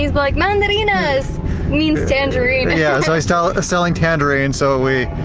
he's like mandarinas means tangerine. yeah so he's selling tangerines so we